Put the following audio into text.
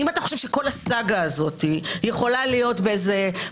אם אתה חושב שכל הסאגה הזאת יכולה להיות במחבואים,